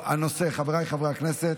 חבריי חברי הכנסת,